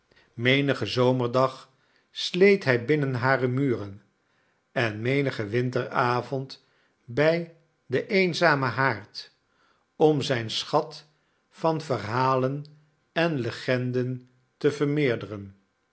menigen zomerdag sleet hij binnen hare muren en menigen winteravond bij den eenzamen haard om zijn schat van verhalen en legenden te vermeerderen